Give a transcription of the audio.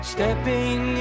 Stepping